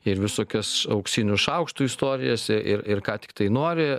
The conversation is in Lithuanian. ir visokias auksinių šaukštų istorijas ir ir ką tiktai nori